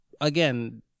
again